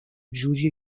جوریه